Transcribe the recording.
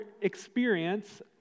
experience